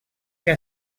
que